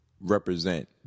represent